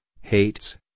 hates